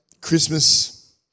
Christmas